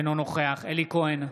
אינו נוכח אלי כהן,